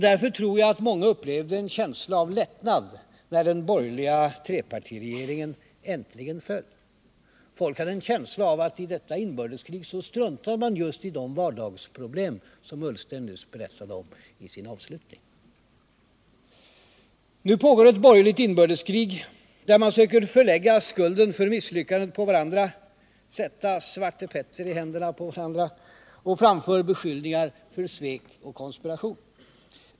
Därför tror jag många upplevde en känsla av lättnad när den borgerliga trepartiregeringen äntligen föll. Folk hade en känsla av att man i detta inbördeskrig struntade i just de vardagsproblem som Ola Ullsten nyss berättade om i sin avslutning. Nu pågår ett borgerligt inbördeskrig, där man söker förlägga skulden för misslyckandet på varandra, sätta Svarte Petter i händerna på oss andra, och framför beskyllningar för svek och konspiration.